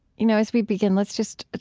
you know as we begin, let's just